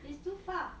it's too far